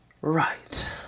Right